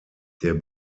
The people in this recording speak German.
der